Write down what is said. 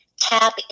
tap